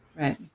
Right